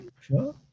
Sure